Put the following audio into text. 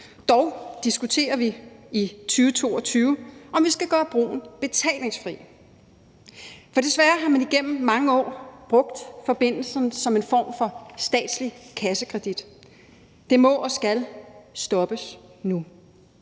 Dog diskuterer vi i 2022, om vi skal gøre broen betalingsfri. For desværre har man igennem mange år brugt forbindelsen som en form for statslig kassekredit, og det må og skal stoppes nu.